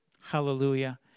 Hallelujah